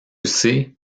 sais